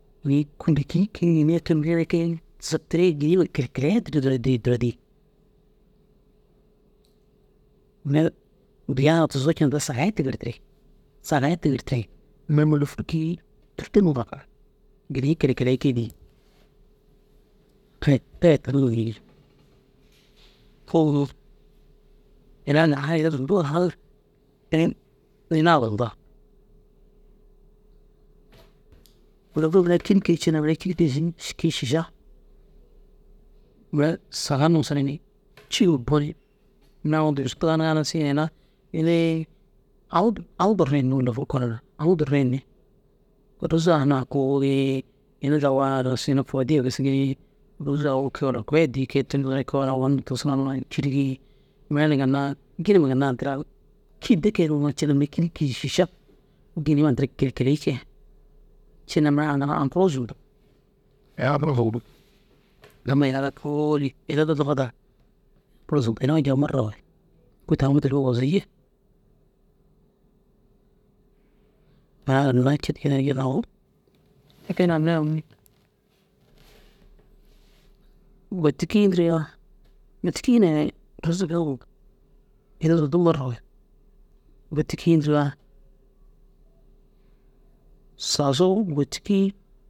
Ini mire ginna re kei zamtire girima kerekere addira duro duro dîi. digiya na tuzoo cin duro saga tigirtire. Saga-i tigirtire yi mire mûlofur gii turta mura waa. Gini kerekere ke dîi ina hayira zundu hayi ina zunda. Mûlofur mire kîri ke ciirna mire kîri kii šiša mire saganu nusreni ciima bunu mire deri a nuu dugusu taganigaa sigin ina ini aũ aũ doroyinni mûlofur kogo na aũ doroyinni rôza hunaa kurii ini daga na sigin fôdiya gisig ni rôzi na orkoi addii koo na cîrigi mire ginna ginima ginna addira agu kidde kiruũ kere mire kiri kii šiša. Ginima addira kelekelei ke ciirna mura ginna ru aŋkuruu zuntu amma ina ara kôoli ina ara nufadar bur zundu ini ajab marawahid kôoli tan toore woziji te ke na mire ogoni « bôtikii » indirgaa bôtiki na rôza dagu ini zundu marawahid « bôtiki » indirgaa sasu bôtikii